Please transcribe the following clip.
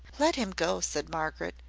let him go, said margaret.